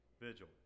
Vigil